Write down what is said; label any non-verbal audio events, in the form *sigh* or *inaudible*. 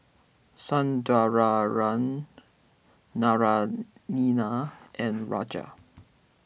*unintelligible* Naraina and Raja